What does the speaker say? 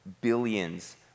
billions